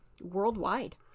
worldwide